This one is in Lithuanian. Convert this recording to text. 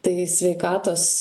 tai sveikatos